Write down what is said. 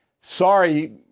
sorry